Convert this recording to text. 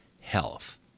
health